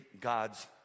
God's